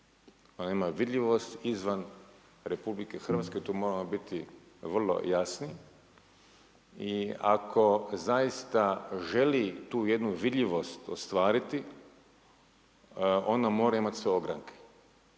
Ona nema vidljivost izvan Republike Hrvatske tu moramo biti vrlo jasni i ako zaista želi tu jednu vidljivost ostvariti, ona mora imat svoje ogranke.